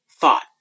thought